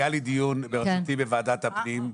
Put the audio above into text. היה לי דיון בוועדת הפנים,